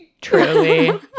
Truly